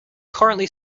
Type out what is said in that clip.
currently